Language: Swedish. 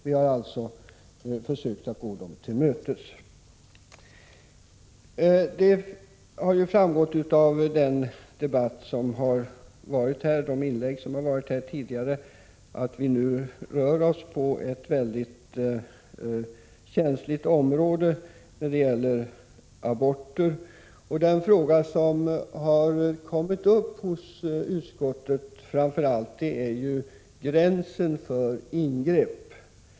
Vi har alltså försökt gå dem till mötes. Det har framgått av de inlägg som gjorts här tidigare att vi rör oss på ett väldigt känsligt område när det gäller aborter. Den fråga som framför allt har kommit upp hos utskottet är tidsgränsen för ingrepp.